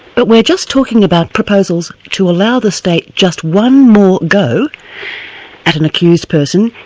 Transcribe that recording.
but we're just talking about proposals to allow the state just one more go at an accused person,